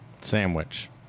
sandwich